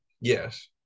Yes